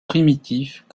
primitifs